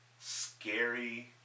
scary